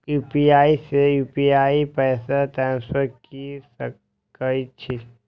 UPI से UPI पैसा transfer की सके छी?